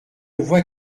vois